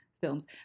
films